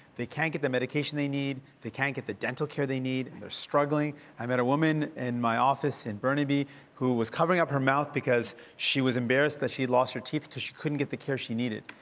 they can't get the medication they need. they can't get the dental care they need. they're struggling. i met a woman in my office in burnaby who was covering up her mouth because she was embarrassed that she lost her teeth because she couldn't get the care she needed.